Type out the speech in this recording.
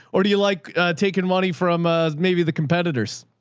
or do you like taking money from ah maybe the competitors?